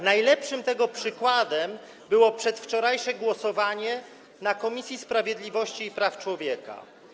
Najlepszym tego przykładem było przedwczorajsze głosowanie na posiedzeniu Komisji Sprawiedliwości i Praw Człowieka.